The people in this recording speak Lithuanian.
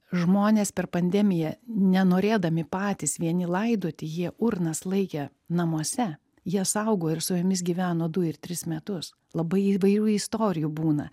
žmonės per pandemiją nenorėdami patys vieni laidoti jie urnas laikė namuose jie saugo ir su jomis gyveno du ir tris metus labai įvairių istorijų būna